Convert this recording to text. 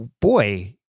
boy